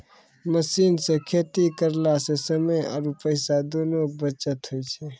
machine सॅ खेती करला स समय आरो पैसा दोनों के बचत होय छै